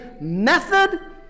method